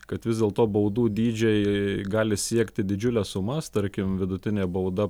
kad vis dėlto baudų dydžiai gali siekti didžiules sumas tarkim vidutinė bauda